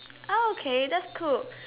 okay that's cool